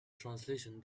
translation